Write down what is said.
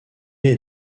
est